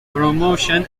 promotion